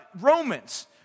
Romans